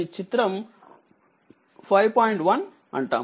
1 అంటాము